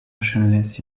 motionless